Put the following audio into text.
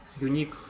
unique